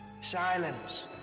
Silence